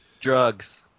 Drugs